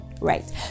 right